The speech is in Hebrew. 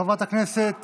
חברת הכנסת